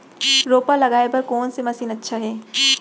रोपा लगाय बर कोन से मशीन अच्छा हे?